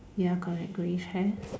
ya correct greyish hair